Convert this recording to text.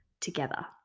together